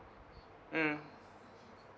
mm